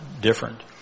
different